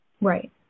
Right